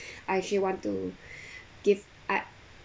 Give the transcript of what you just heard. I actually want to give I